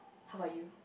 how bout you